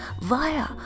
via